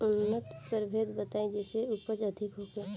उन्नत प्रभेद बताई जेसे उपज अधिक होखे?